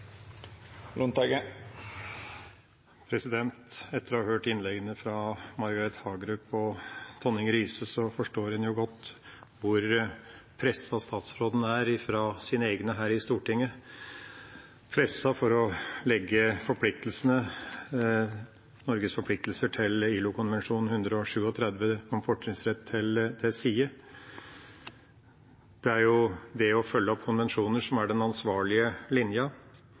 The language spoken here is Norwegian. Etter å ha hørt innleggene til Margret Hagerup og Kristian Tonning Riise forstår en jo godt hvor presset statsråden er av sine egne her i Stortinget – presset for å legge Norges forpliktelser i ILO-konvensjon 137 om fortrinnsrett til side. Det er jo det å følge opp konvensjoner som er den ansvarlige